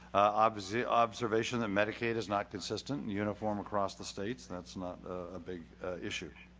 obviously observation and medicated is not consistent and uniform across the states. and that's not a big issue.